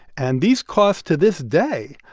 and these costs, to this day,